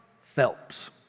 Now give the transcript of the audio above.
Phelps